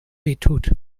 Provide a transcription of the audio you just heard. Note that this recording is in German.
wehtut